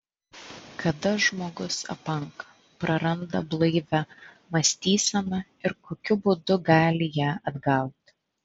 kada žmogus apanka praranda blaivią mąstyseną ir kokiu būdu gali ją atgauti